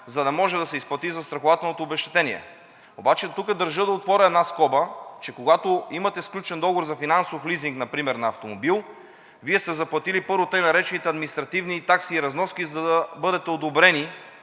за да може да се изплати застрахователното обезщетение. Обаче тук държа да отворя една скоба, че когато имате сключен договор за финансов лизинг, например на автомобил, Вие сте заплатили, първо, тъй наречените административни такси и разноски, за да бъдете одобрени